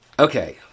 Okay